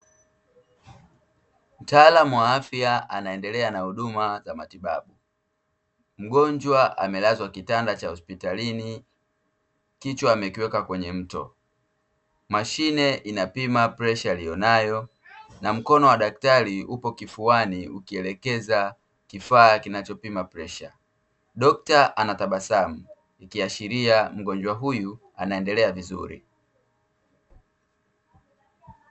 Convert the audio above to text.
Mtaalamu wa afya anaendelea na huduma za matibabu, mgonjwa amelazwa kitanda cha hospitalini kichwa amekiweka kwenye mto. Mashine inapima presha aliyonayo, na mkono wa daktari upo kifuani ukielekeza kifaa kinachopima presha, dokta anatabasamu ikiashiria mgonjwa huyu anaendelea vizuri.